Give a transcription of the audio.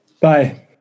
bye